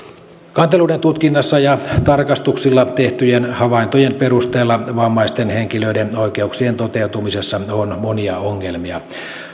kanteluiden tutkinnassa ja tarkastuksilla tehtyjen havaintojen perusteella vammaisten henkilöiden oikeuksien toteutumisessa on monia ongelmia